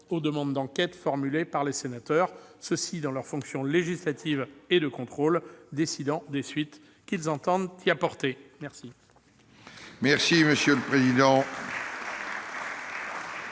aux demandes d'enquêtes formulées par les sénateurs, ceux-ci, dans leurs fonctions législatives et de contrôle, décidant des suites qu'ils entendent y apporter. La